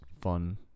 fun